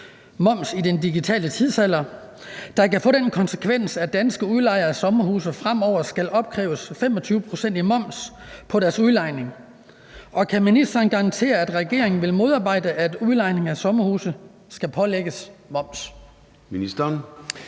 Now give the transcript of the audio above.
»Moms i den digitale tidsalder«, der kan få den konsekvens, at danske udlejere af sommerhuse fremover skal opkræve 25 pct. i moms på deres udlejning, og kan ministeren garantere, at regeringen vil modarbejde, at udlejning af sommerhuse skal pålægges moms?